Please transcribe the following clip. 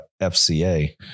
FCA